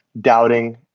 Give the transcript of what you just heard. doubting